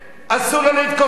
אסור לו להתכופף.